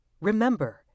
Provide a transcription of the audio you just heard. Remember